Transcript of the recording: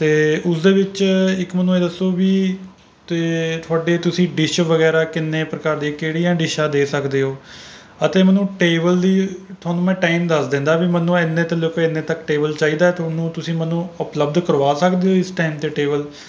ਅਤੇ ਉਸ ਦੇ ਵਿੱਚ ਇੱਕ ਮੈਨੂੰ ਇਹ ਦੱਸੋ ਵੀ ਤੁਹਾਡੇ ਤੁਸੀਂ ਡਿਸ਼ ਵਗੈਰਾ ਕਿੰਨੇ ਪ੍ਰਕਾਰ ਦੀ ਕਿਹੜੀਆਂ ਡਿਸ਼ਾਂ ਦੇ ਸਕਦੇ ਹੋ ਅਤੇ ਮੈਨੂੰ ਟੇਬਲ ਦੀ ਤੁਹਾਨੂੰ ਮੈਂ ਟਾਈਮ ਦੱਸ ਦਿੰਦਾ ਵੀ ਮੈਨੂੰ ਇੰਨੇ ਤੋਂ ਲੈ ਕੇ ਇੰਨੇ ਤੱਕ ਟੇਬਲ ਚਾਹੀਦਾ ਤੁਹਾਨੂੰ ਤੁਸੀਂ ਮੈਨੂੰ ਉਪਲਬਧ ਕਰਵਾ ਸਕਦੇ ਹੋ ਇਸ ਟਾਈਮ 'ਤੇ ਟੇਬਲ